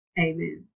Amen